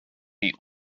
the